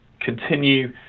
continue